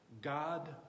God